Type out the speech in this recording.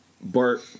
Bart